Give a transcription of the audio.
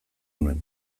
nuen